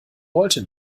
wollte